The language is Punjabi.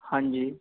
ਹਾਂਜੀ